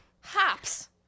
Hops